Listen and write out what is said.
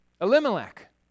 Elimelech